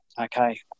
Okay